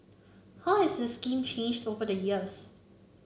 how has the scheme changed over the years